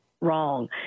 wrong